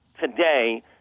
today